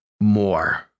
more